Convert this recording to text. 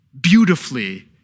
beautifully